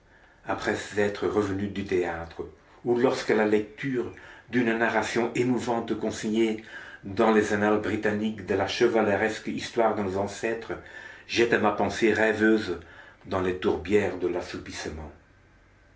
après être revenue du théâtre ou lorsque la lecture d'une narration émouvante consignée dans les annales britanniques de la chevaleresque histoire de nos ancêtres jette ma pensée rêveuse dans les tourbières de l'assoupissement